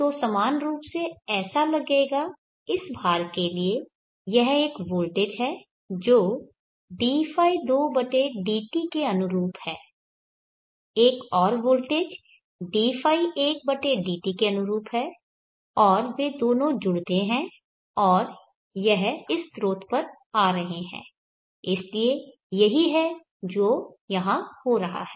तो समान रूप से ऐसा लगेगा इस भार के लिए यहाँ एक वोल्टेज है जो dϕ2dt के अनुरूप है एक और वोल्टेज dϕ1dt के अनुरूप है और वे दोनों जुड़ते हैं और यह इस स्रोत पर आ रहे है इसलिए यही है जो यहाँ हो रहा है